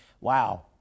wow